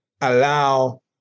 allow